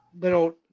little